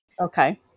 Okay